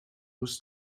muss